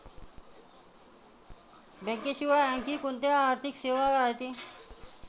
बँकेशिवाय आनखी कोंत्या आर्थिक सेवा रायते?